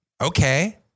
okay